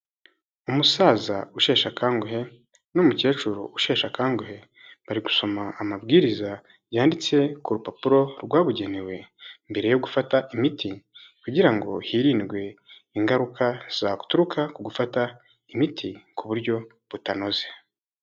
Umusaza usheshe akanguhe n'umukecuru usheshe akanguhe. Bari gusoma amabwiriza yanditse ku rupapuro rwabugenewe mbere yo gufata imiti kugira ngo hirindwe ingaruka zaturuka ku gufata imiti, ku buryo butanoze.